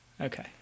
Okay